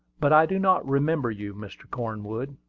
but i do not remember you, mr. cornwood,